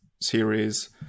series